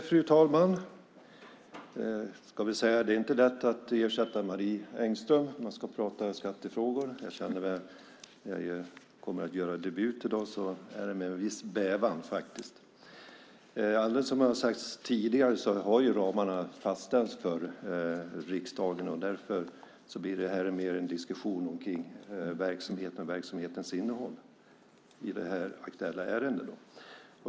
Fru talman! Det är inte lätt att ersätta Marie Engström när man ska prata om skattefrågor. Jag kommer att göra debut i dag. Det är med en viss bävan. Alldeles som har sagts tidigare har ramarna fastställts för riksdagen. Därför blir det mer en diskussion om verksamheten och dess innehåll i det här aktuella ärendet.